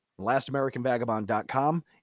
LastAmericanVagabond.com